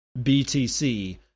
BTC